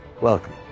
Welcome